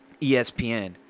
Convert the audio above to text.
ESPN